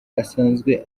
asanzwe